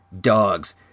dogs